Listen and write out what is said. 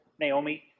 Naomi